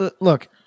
Look